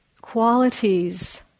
qualities